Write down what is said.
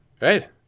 Right